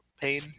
Pain